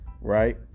right